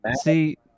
See